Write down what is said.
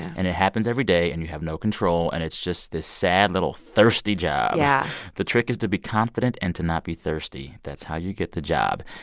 and it happens every day. and you have no control. and it's just this sad, little thirsty job. yeah the trick is to be confident and to not be thirsty. that's how you get the job.